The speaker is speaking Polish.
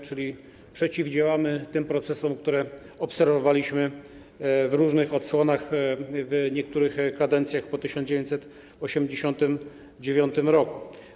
A zatem przeciwdziałamy tym procesom, które obserwowaliśmy w różnych odsłonach w niektórych kadencjach po 1989 r.